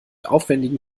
aufwendigen